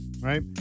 right